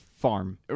farm